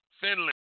Finland